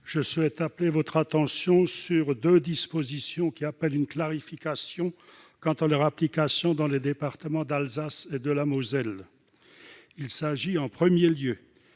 je souhaite attirer votre attention sur des dispositions qui appellent une clarification quant à leur application dans les départements d'Alsace et dans celui de la Moselle. Il s'agit, en premier lieu,